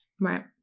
Right